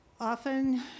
Often